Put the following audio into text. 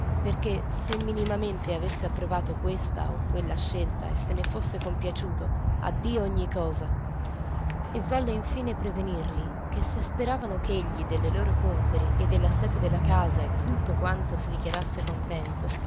perché se minimamente avesse approvato questa o quella scelta e se ne fosse compiaciuto addio ogni cosa e volle infine prevenirli che se speravano ch'egli delle loro compere e dell'assetto della casa e di tutto quanto si dichiarasse contento